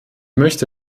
möchte